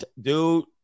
dude